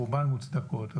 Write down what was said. רובן מוצדקות,